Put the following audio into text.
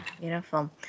Beautiful